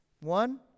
One